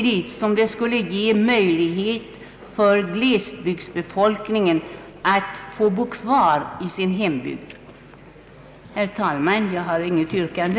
Det skulle också skapa möjlighet för glesbygdsbefolkningen att få bo kvar i sin hembygd. Herr talman! Jag har inget yrkande.